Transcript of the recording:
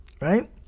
right